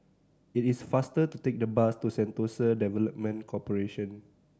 it is faster to take the bus to Sentosa Development Corporation